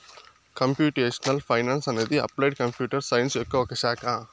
computational finance అనేది applied computer science యొక్క ఒక శాఖ